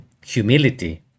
humility